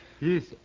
Yes